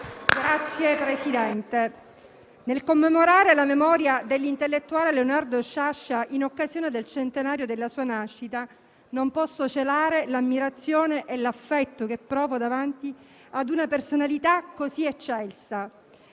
Signor Presidente, nel commemorare l'intellettuale Leonardo Sciascia in occasione del centenario della sua nascita, non posso celare l'ammirazione e l'affetto che provo davanti a una personalità così eccelsa.